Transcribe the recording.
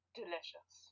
delicious